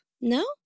No